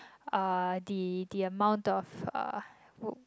uh the the amount of uh